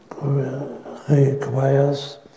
requires